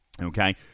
Okay